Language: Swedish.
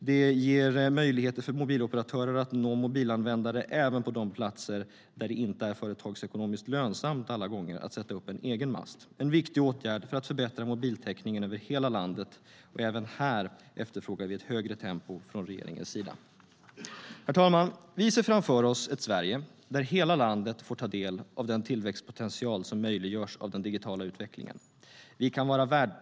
De ger möjlighet för mobiloperatörer att nå mobilanvändare även på de platser där det inte är företagsekonomiskt lönsamt alla gånger att sätta upp en egen mast. Det är en viktig åtgärd för att förbättra mobiltäckningen över hela landet. Även här efterfrågar vi ett högre tempo från regeringen. Herr talman! Vi ser framför oss ett Sverige där hela landet får ta del av den tillväxtpotential som möjliggörs av den digitala utvecklingen.